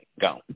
Go